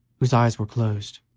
whose eyes were closed,